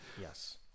Yes